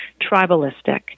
tribalistic